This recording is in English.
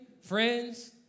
friends